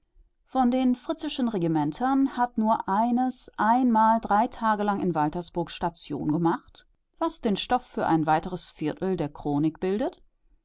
von den fritzeschen regimentern hat nur eines einmal drei tage lang in waltersburg station gemacht was den stoff für ein weiteres viertel der chronik bildet